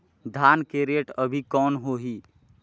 धान के रेट अभी कौन होही?